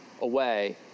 away